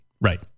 Right